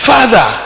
Father